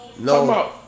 No